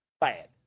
Bad